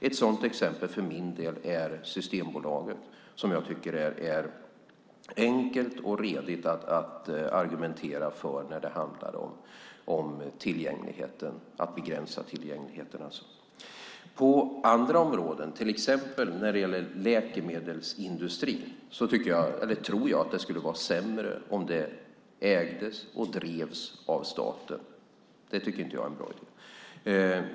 Ett sådant exempel är för min del Systembolaget, som jag tycker är enkelt och redigt att argumentera för när det handlar om att begränsa tillgängligheten. På andra områden, till exempel när det gäller läkemedelsindustrin, tror jag att det skulle vara sämre om den ägdes och drevs av staten. Det tycker jag inte är en bra idé.